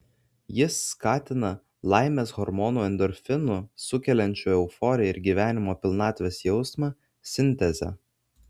jis skatina laimės hormonų endorfinų sukeliančių euforiją ir gyvenimo pilnatvės jausmą sintezę